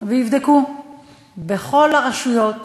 ויבדקו בכל הרשויות